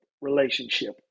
relationship